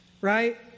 right